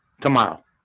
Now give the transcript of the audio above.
tomorrow